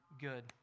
good